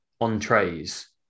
entrees